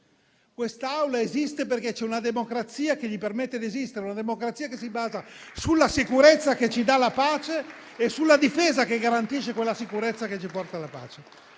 Questa Aula esiste perché c'è una democrazia che permette ad essa di esistere, una democrazia che si basa sulla sicurezza che ci dà la pace e sulla difesa che garantisce la sicurezza che ci porta la pace.